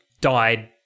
died